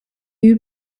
eut